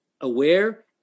aware